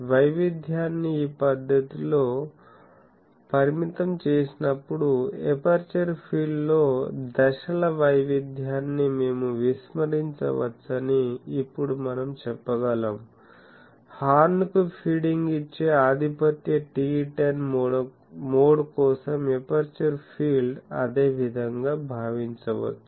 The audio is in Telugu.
వైవిధ్యాన్ని ఈ పద్ధతిలో పరిమితం చేసినప్పుడు ఎపర్చరు ఫీల్డ్ లో దశల వైవిధ్యాన్ని మేము విస్మరించవచ్చని ఇప్పుడు మనం చెప్పగలం హార్న్ కు ఫీడింగ్ ఇచ్చే ఆధిపత్య TE10 మోడ్ కోసం ఎపర్చరు ఫీల్డ్ అదే విధంగా భావించవచ్చు